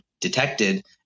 detected